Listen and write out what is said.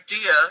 idea